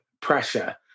pressure